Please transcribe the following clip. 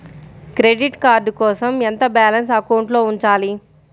Credit card కోసం ఎంత balance అకౌంట్లో ఉంచాలి?